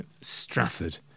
Stratford